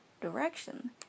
direction